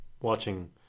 Watching